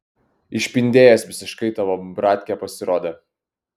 išpindėjęs visiškai tavo bratkė pasirodė